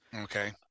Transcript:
Okay